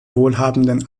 wohlhabenden